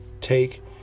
take